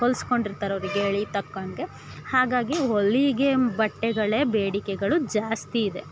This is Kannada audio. ಹೊಲಿಸ್ಕೊಂಡಿರ್ತಾರ್ ಅವ್ರಿಗೆ ಹೇಳಿ ತಕ್ಕಂಗೆ ಹಾಗಾಗಿ ಹೊಲಿಗೆ ಬಟ್ಟೆಗಳೇ ಬೇಡಿಕೆಗಳು ಜಾಸ್ತಿ ಇದೆ